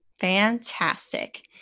Fantastic